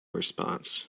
response